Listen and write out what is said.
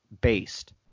based